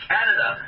Canada